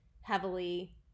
heavily